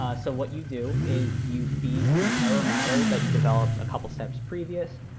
ah so what you do is you feed the error model that you developed a couple of steps previous